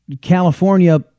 California